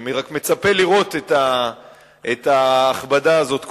אני רק מצפה לראות את ההכבדה הזאת קורית.